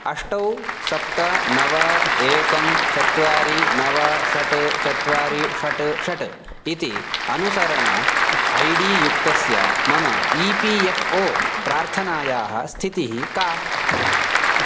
अष्टौ सप्त नव एकं चत्वारि नव षट् चत्वारि षट् षट् इति अनुसरण ऐ डी युक्तस्य मम ई पी एफ़् ओ प्रार्थनायाः स्थितिः का